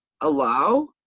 allow